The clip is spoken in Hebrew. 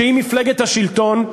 שהיא מפלגת השלטון,